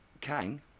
Kang